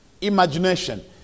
imagination